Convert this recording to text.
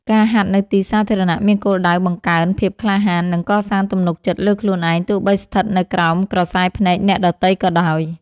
ការហាត់នៅទីសាធារណៈមានគោលដៅបង្កើនភាពក្លាហាន និងកសាងទំនុកចិត្តលើខ្លួនឯង ទោះបីស្ថិតនៅក្រោមក្រសែភ្នែកអ្នកដទៃក៏ដោយ។